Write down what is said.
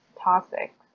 toxic